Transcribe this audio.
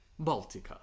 Baltica